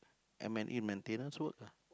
M_N_E maintenance work ah